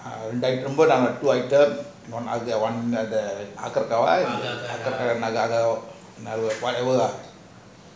one